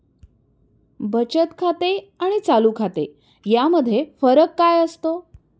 बचत खाते आणि चालू खाते यामध्ये फरक काय असतो?